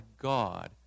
God